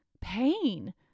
pain